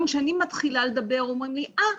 גם כשאני מתחילה לדבר אומרים לי "אה,